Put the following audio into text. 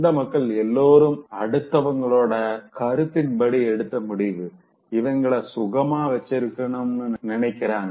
இந்த மக்கள் எல்லாரும் அடுத்தவங்களோட கருத்தின்படி எடுத்த முடிவு இவங்கள சுகமா வச்சிருக்கும்னு நினைக்கிறாங்க